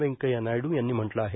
व्यंकथ्या नायडू यांनी म्हटलं आहे